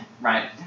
right